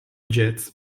jazz